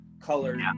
color